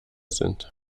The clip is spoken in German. sind